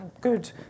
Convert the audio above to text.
good